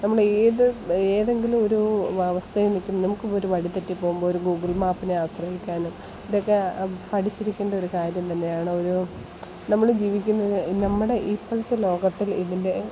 നമ്മളേത് ഏതെങ്കിലും ഒരു അവസ്ഥയിൽ നിൽക്കുമ്പോൾ നമുക്ക് ഒരു വഴി തെറ്റി പോകുമ്പോൾ ഒരു ഗൂഗിൾ മാപ്പിനെ ആശ്രയിക്കാനും ഇതൊക്കെ പഠിച്ചിരിക്കേണ്ട ഒരു കാര്യം തന്നെയാണ് ഒരു നമ്മൾ ജീവിക്കുന്നത് നമ്മുടെ ഇപ്പോഴത്തെ ലോകത്തിൽ ഇതിൻറ്റെ